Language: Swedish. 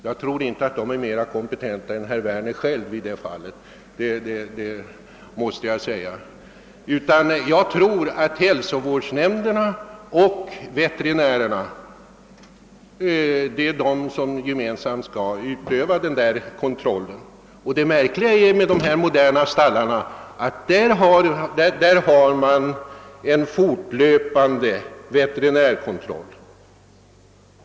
Jag tror att polisen i det fallet inte här större kompetens än herr Werner själv. Nej, det är hälsovårdsnämnderna och veterinärerna som gemensamt skall utöva kontrollen. Och det utmärkande för dessa moderna stallar är att man där har en fortlöpande veterinärkontroll.